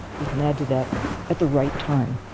you can add to that at the right time.